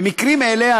במקרים אלה,